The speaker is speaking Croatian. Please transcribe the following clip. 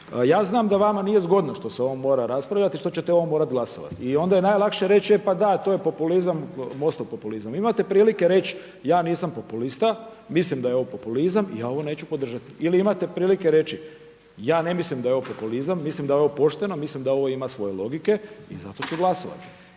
Ja znam da vama nije zgodno što se ovo mora raspravljati, što ćete morati o ovom glasovati. I onda je najlakše reći, e pa da, to je populizam, MOST-ov populizam. Imate prilike reći ja nisam populista. Mislim da je ovo populizam i ja ovo neću podržati. Ili imate prilike reći, ja ne mislim da je ovo populizam. Mislim da je ovo pošteno, mislim da ovo ima svoje logike i zato ću glasovati.